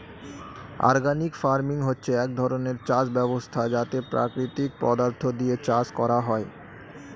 organic farming হচ্ছে এক ধরণের চাষ ব্যবস্থা যাতে প্রাকৃতিক পদার্থ দিয়ে চাষ করা হয়